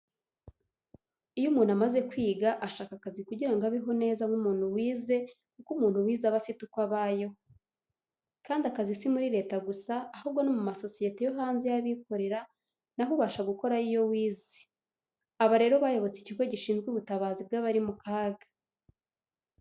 Iyo umuntu amaze kwiga ashaka akazi kugirango abeho neza nk'umuntu wize kuko umuntu wize aba afite uko abayeho. kandi akazi simuri leta gusa ahubwo no mumasosiyete yohanze yabikorera naho ubasha gukorayo iyo wize. aba rero bayobotse ikigo gishinzwe ubutabazi bwabari mukaga.